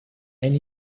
and